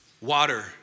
water